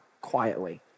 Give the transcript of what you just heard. quietly